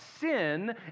sin